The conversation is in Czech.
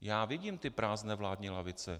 Já vidím ty prázdné vládní lavice.